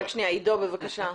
עידו, בבקשה,